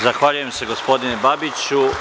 Zahvaljujem se, gospodine Babiću.